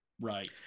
right